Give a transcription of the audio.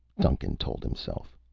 duncan told himself.